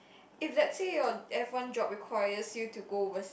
if let's say your f-one job requires you to go overseas